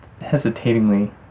hesitatingly